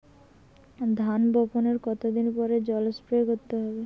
ধান বপনের কতদিন পরে জল স্প্রে করতে হবে?